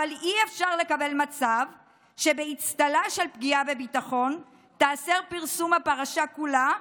אבל אי-אפשר לקבל מצב שבאצטלה של פגיעה בביטחון ייאסר פרסום הפרשה כולה,